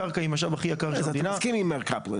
הקרקע היא משאב הכי יקר של המדינה --- אז אתה מסכים עם מר קפלן,